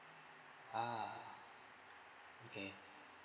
ah okay